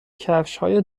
کفشهای